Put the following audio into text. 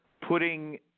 putting